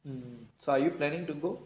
mm but are you planning to go